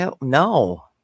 No